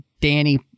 Danny